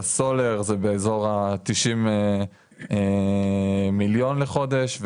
בסולר זה באזור ה-90 מיליון לחודש,